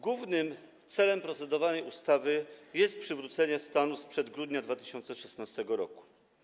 Głównym celem procedowanej ustawy jest przywrócenie stanu sprzed grudnia 2016 r.